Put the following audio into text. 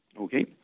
Okay